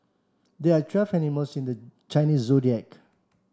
there are twelve animals in the Chinese Zodiac